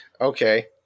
okay